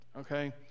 okay